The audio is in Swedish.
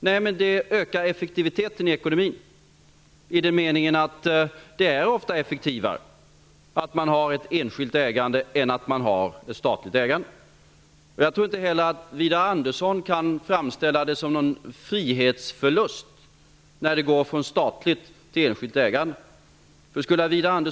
Nej, men effektiviteten i ekonomin ökar i den meningen att ett enskilt ägande ofta är effektivare än ett statligt. Jag tror inte heller att Widar Andersson kan framställa det som en frihetsförlust att gå från statligt till enskilt ägande.